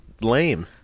Lame